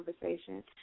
conversation